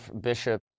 Bishop